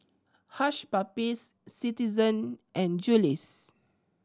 Hush Puppies Citizen and Julie's